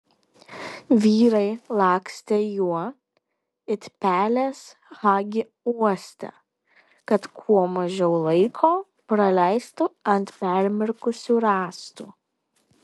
vyrai lakstė juo it pelės hagi uoste kad kuo mažiau laiko praleistų ant permirkusių rąstų